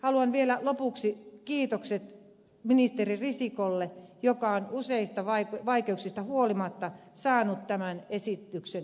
haluan vielä lopuksi esittää kiitokset ministeri risikolle joka on useista vaikeuksista huolimatta saanut tämän esityksen käsittelyymme